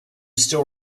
still